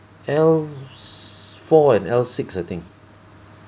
L s~ four and L six I think